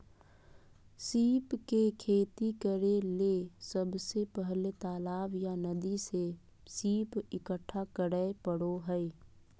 सीप के खेती करेले सबसे पहले तालाब या नदी से सीप इकठ्ठा करै परो हइ